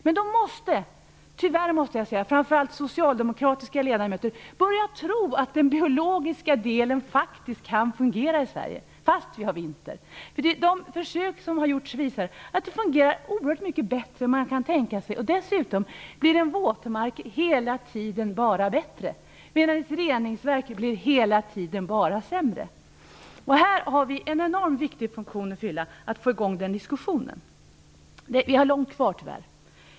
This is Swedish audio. Men då måste, tyvärr måste jag säga, framför allt socialdemokratiska ledamöter börja tro att den biologiska delen faktiskt kan fungera i Sverige, fast vi har vinter. De försök som har gjorts visar att det fungerar oerhört mycket bättre än man kan tänka sig. Dessutom blir en våtmark hela tiden bara bättre, medan reningsverk hela tiden bara blir sämre. Här har vi en enormt viktig funktion att fylla, att få i gång den diskussionen. Vi har långt kvar, tyvärr.